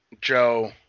Joe